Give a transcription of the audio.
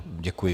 Děkuji.